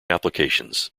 applications